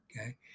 okay